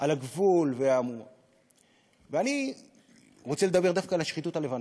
על הגבול, ואני רוצה לדבר דווקא על השחיתות הלבנה.